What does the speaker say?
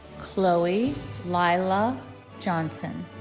chloe lilah johnson